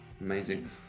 amazing